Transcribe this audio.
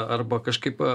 arba kažkaip